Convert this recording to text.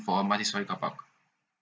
for a multistorey car park